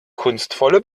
kunstvolle